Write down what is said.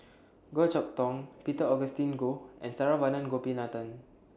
Goh Chok Tong Peter Augustine Goh and Saravanan Gopinathan